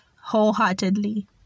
wholeheartedly